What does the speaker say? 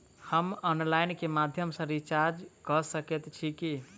हम ऑनलाइन केँ माध्यम सँ रिचार्ज कऽ सकैत छी की?